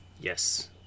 Yes